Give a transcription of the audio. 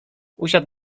usiadł